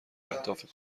اهداف